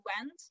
went